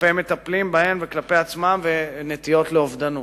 כלפי המטפלים בהם וכלפי עצמן ובנטיות לאובדנות.